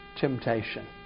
temptation